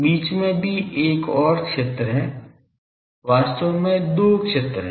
बीच में भी एक ओर क्षेत्र है वास्तव में दो क्षेत्र हैं